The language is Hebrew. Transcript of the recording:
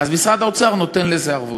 אז משרד האוצר נותן לזה ערבות.